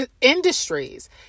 Industries